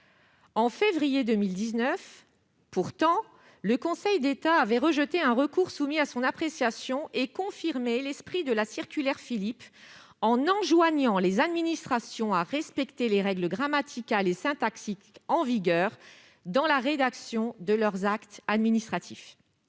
en février 2019, le Conseil d'État avait rejeté un recours soumis à son appréciation et confirmé l'esprit de la circulaire Philippe, en enjoignant aux administrations de respecter les règles grammaticales et syntaxiques en vigueur dans la rédaction de leurs actes administratifs.